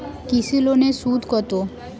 কৃষি লোনের সুদ কত?